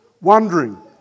wondering